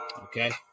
Okay